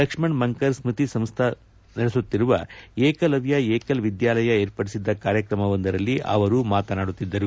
ಲಕ್ಷಣ್ ಮಂಕರ್ ಸ್ವತಿ ಸಂಸ್ವಾ ನಡೆಸುತ್ತಿರುವ ಏಕಲವ್ಯ ಏಕಲ್ ವಿದ್ಯಾಲಯ ಏರ್ಪಡಿಸಿದ್ದ ಕಾರ್ಯಕ್ರಮವೊಂದರಲ್ಲಿ ಅವರು ಮಾತನಾಡುತ್ತಿದ್ದರು